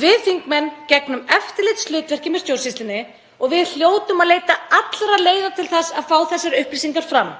Við þingmenn gegnum eftirlitshlutverki með stjórnsýslunni og við hljótum að leita allra leiða til þess að fá þessar upplýsingar fram.